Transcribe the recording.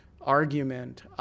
argument